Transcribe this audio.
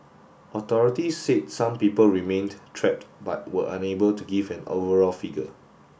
authorities said some people remained trapped but were unable to give an overall figure